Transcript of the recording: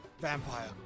vampire